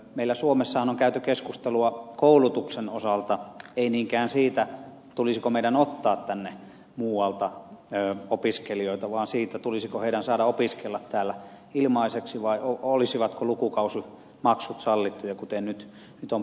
meillä suomessahan on käyty keskustelua koulutuksen osalta ei niinkään siitä tulisiko meidän ottaa tänne muualta opiskelijoita vaan siitä tulisiko heidän saada opiskella täällä ilmaiseksi vai olisivatko lukukausimaksut sallittuja kuten nyt on päätetty